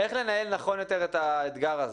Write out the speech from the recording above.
איך לנהל נכון יותר את האתגר הזה?